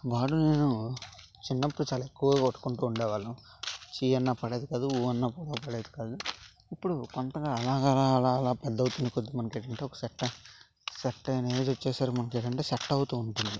వాడు నేను చిన్నప్పుడు చాలా ఎక్కువగా కొట్టుకుంటూ ఉండే వాళ్ళం చి అన్నా పడేది కాదు ఉ అన్నా పడేది కాదు ఇప్పడు కొంతగా అలా అలా అలా పెద్ద అవుతున్న కొద్దీ మనకు ఒకసెట్ అనేది వచ్చేసరికి మనకు ఏంటంటే సెట్ అవుతూ ఉంటుంది